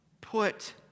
put